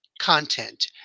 content